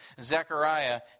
Zechariah